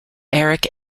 eric